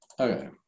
Okay